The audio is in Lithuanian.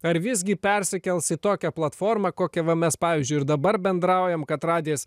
ar visgi persikels į tokią platformą kokią va mes pavyzdžiui ir dabar bendraujam kad radijas